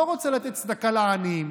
לא רוצה לתת צדקה לעניים,